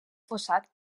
fossat